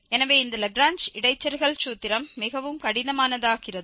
எனவே இந்த லாக்ரேஞ்ச் இடைச்செருகல் சூத்திரம் மிகவும் கடினமானதாகிறது